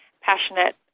passionate